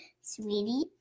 sweetie